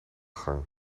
gang